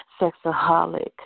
sexaholic